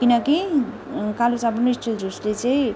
किनकि कालो साबुन र स्टिल झुटले चाहिँ